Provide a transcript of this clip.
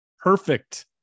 perfect